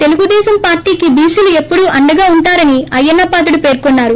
తెలుగుదేశం పార్టీకి చీసీలు ఎప్పుడూ అండగా ఉంటారని అయ్యన్న పాత్రుడు పెర్కున్నారు